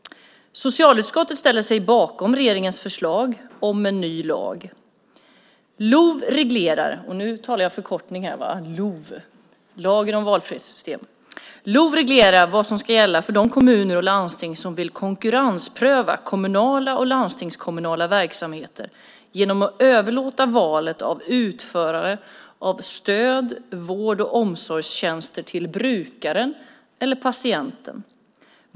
Socialutskottet ställer sig bakom regeringens förslag om en ny lag. LOV, lagen om valfrihetssystem, reglerar vad som ska gälla för de kommuner och landsting som vill konkurrenspröva kommunala och landstingskommunala verksamheter genom att överlåta valet av utförare av stöd, vård och omsorgstjänster till brukaren eller patienten.